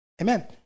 Amen